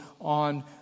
on